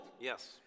Yes